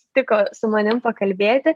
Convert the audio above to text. sutiko su manim pakalbėti